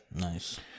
Nice